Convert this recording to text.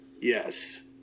yes